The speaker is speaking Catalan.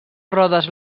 rodes